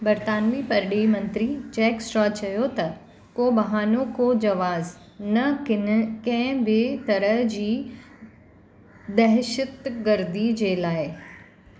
बरितानवी परडे॒ही मंत्री Jack Straw चयो त को बहानो को जवाज़ न किन कंहिं बि तरह जी दहशतिग़र्दी जे लाइ